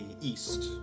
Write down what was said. east